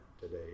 today